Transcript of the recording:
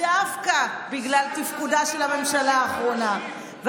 דווקא בגלל תפקודה של הממשלה האחרונה.